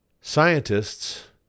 Scientists